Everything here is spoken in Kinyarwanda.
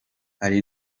ari